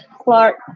Clark